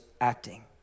acting